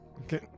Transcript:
Okay